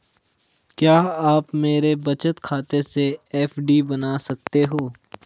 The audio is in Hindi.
क्या आप मेरे बचत खाते से एफ.डी बना सकते हो?